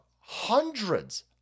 hundreds